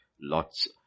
lots